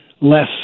less